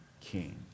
king